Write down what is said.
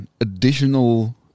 additional